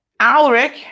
Alric